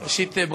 ראשית,